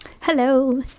Hello